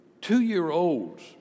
two-year-olds